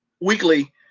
weekly